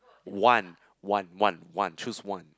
one one one one choose one